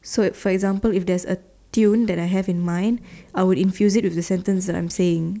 so for example if there is a tune that I have in mind I would infuse it with the sentence that I am saying